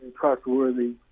trustworthy